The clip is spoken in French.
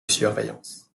surveillance